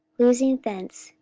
loosing thence,